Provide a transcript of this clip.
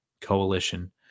coalition